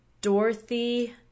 Dorothy